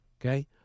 Okay